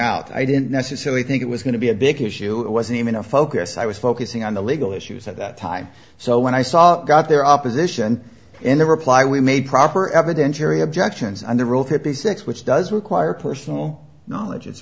out i didn't necessarily think it was going to be a big issue it wasn't even a focus i was focusing on the legal issues at that time so when i saw got their opposition in the reply we made proper evidentiary objections on the road to peace x which does require personal knowledge it's